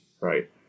right